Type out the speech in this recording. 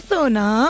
Sona